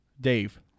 Dave